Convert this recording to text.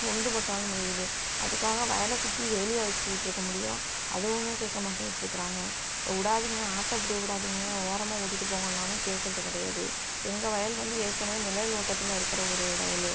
உளுந்து போட்டாலும் மேயுது அதுக்காக வயலை சுற்றி வேலியா வெச்சுட்ருக்க முடியும் அதுவும் கேட்க மாட்டேன்ருக்கறாங்க விடாதிங்க ஆட்டை இப்படி விடாதிங்க ஓரமாக ஓட்டிகிட்டு போங்கன்னாலும் கேக்கிறது கிடையாது எங்கள் வயல் வந்து ஏற்கனவே நிழல் ஓட்டத்தில் இருக்கிற ஒரு வயல்